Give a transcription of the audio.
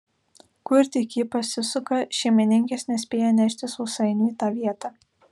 kur tik ji pasisuka šeimininkės nespėja nešti sausainių į tą vietą